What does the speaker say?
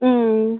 ம்